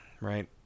right